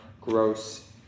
gross